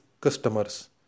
customers